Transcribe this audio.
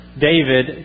David